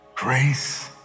Grace